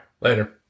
later